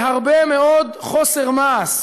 בהרבה מאוד חוסר מעש,